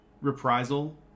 reprisal